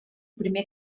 primer